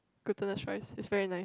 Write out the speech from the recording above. glutinous rice is very nice